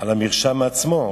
המרשם עצמו.